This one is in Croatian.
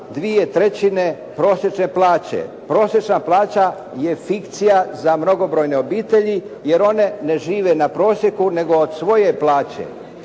dvije trećine prosječne plaće. Prosječna plaća je fikcija za mnogobrojne obitelji jer one ne žive na prosjeku nego od svoje plaće,